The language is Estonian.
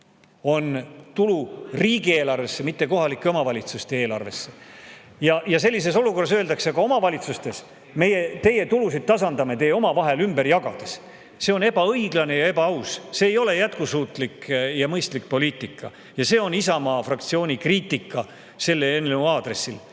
on tulu riigieelarvesse, mitte kohalike omavalitsuste eelarvesse. Ja sellises olukorras öeldakse ka omavalitsustele: meie teie tulusid tasandame teie oma vahel ümber jagades. See on ebaõiglane ja ebaaus. See ei ole jätkusuutlik ja mõistlik poliitika. Ja see on Isamaa fraktsiooni kriitika selle eelnõu aadressil.